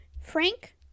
Frank